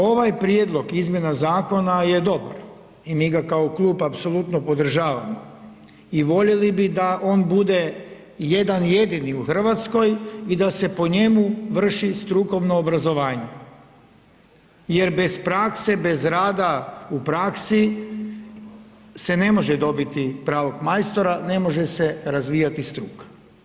Ovaj prijedlog izmjena zakona je dobar i mi ga kao klub apsolutno podržavamo i voljeli bi da on bude jedan jedini u Hrvatskoj i da se po njemu vrši strukovno obrazovanje jer bez prakse, bez rada u praksi se ne može dobiti pravog majstora, ne može se razvijati struka.